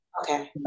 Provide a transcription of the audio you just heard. Okay